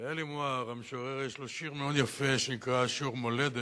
לעלי מוהר המשורר יש לו שיר מאוד יפה שנקרא "שיעור מולדת",